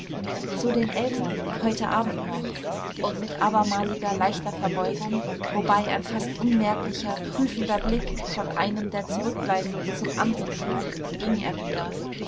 zu den eltern heute abend noch und mit abermaliger leichter verbeugung wobei ein fast unmerklicher prüfender blick von einem der zurückbleibenden zum anderen flog ging er wieder